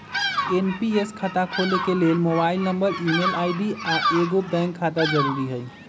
NPS खता खोले के लेल मोबाइल नंबर, ईमेल आई.डी, आऽ एगो बैंक खता जरुरी हइ